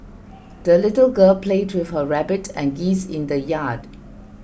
the little girl played with her rabbit and geese in the yard